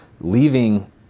leaving